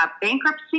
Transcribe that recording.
bankruptcy